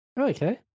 Okay